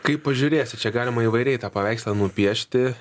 kaip pažiūrėsi čia galima įvairiai tą paveikslą nupiešti